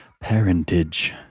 parentage